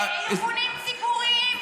ארגונים ציבוריים,